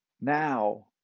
Now